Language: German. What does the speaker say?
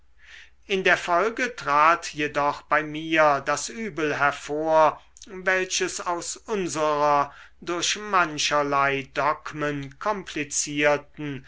in der folge trat jedoch bei mir das übel hervor welches aus unserer durch mancherlei dogmen komplizierten